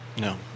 No